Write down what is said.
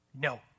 no